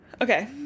Okay